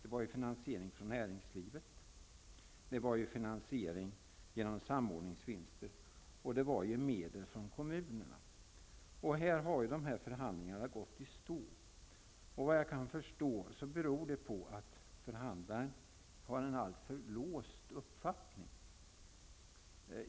Det gällde finansiering från näringslivet, finansiering genom samordningsvinster och medel från kommunerna. Förhandlingarna har gått i stå. Såvitt jag förstår beror det på att förhandlaren har en alltför låst uppfattning.